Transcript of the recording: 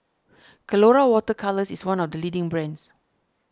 Colora Water Colours is one of the leading brands